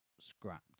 scrapped